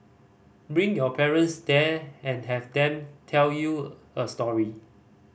bring your parents there and have them tell you a story